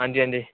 हांजी हांजी